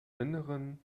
innern